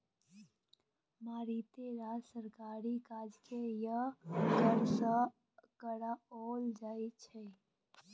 मारिते रास सरकारी काजकेँ यैह कर सँ कराओल जाइत छै